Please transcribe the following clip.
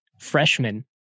freshman